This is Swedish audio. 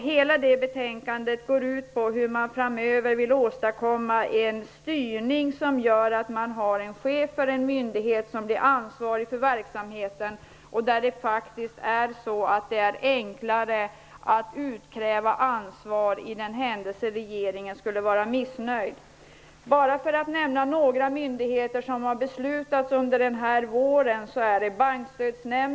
Hela det betänkandet går ut på att man framöver skall åstadkomma en styrning som gör att chefen för en myndighet blir ansvarig för verksamheten och där det faktiskt är enklare att utkräva ansvar i den händelse regeringen skulle vara missnöjd. Jag kan nämna några myndigheter som har beslutats under den här våren.